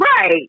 Right